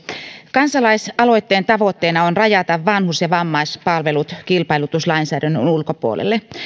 kansalaisaloitteen tavoitteena on rajata vanhus ja vammaispalvelut kilpailutuslainsäädännön ulkopuolelle